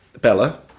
Bella